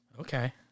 okay